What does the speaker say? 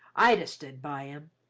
i'd ha' stood by him.